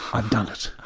i've done it.